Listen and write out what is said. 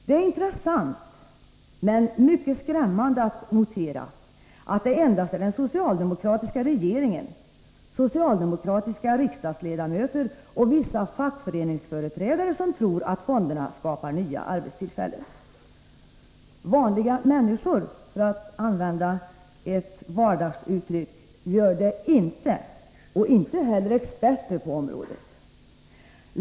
Det är intressant — men mycket skrämmande — att notera att det endast är den socialdemokratiska regeringen, socialdemokratiska riksdagsledamöter och vissa fackföreningsföreträdare som tror att fonderna skapar nya arbetstillfällen. Vanliga människor, för att använda ett vardagsuttryck, gör det inte och inte heller experter på området.